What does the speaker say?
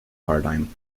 paradigm